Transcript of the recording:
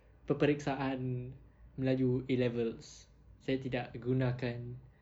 peperiksaan melayu A levels saya tidak gunakan